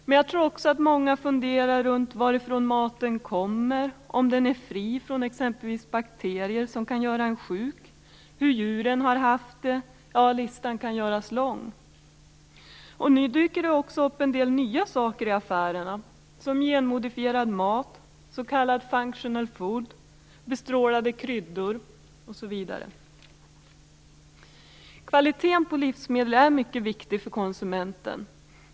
Men jag tror också att många funderar kring varifrån maten kommer, om den är fri från exempelvis bakterier som kan göra en sjuk, hur djuren har haft det osv. Listan kan göras lång. Nu dyker det också upp en del nya saker i affärerna, som t.ex. genmodifierad mat, s.k. functional food, bestrålade kryddor osv. Kvaliteten på livsmedel är mycket viktig för konsumenten.